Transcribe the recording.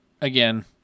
Again